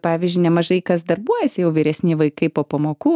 pavyzdžiui nemažai kas darbuojasi jau vyresni vaikai po pamokų